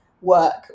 work